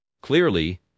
Clearly